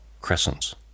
crescents